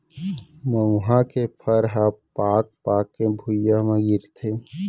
मउहा के फर ह पाक पाक के भुंइया म गिरथे